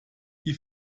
die